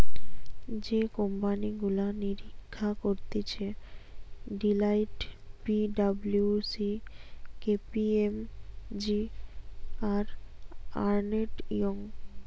যে কোম্পানি গুলা নিরীক্ষা করতিছে Deloitte, P W C, K P M G, আর আর্নেস্ট ইয়ং